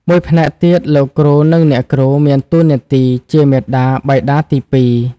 មួយផ្នែកទៀតលោកគ្រូនិងអ្នកគ្រូមានតួនាទីជាមាតាបិតាទីពីរ។